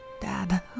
Dad